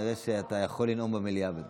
כנראה שאתה יכול לנאום במליאה.